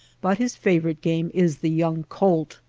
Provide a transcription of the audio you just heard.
but his favorite game is the young colt.